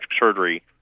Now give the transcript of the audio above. surgery